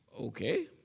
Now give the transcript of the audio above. Okay